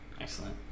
excellent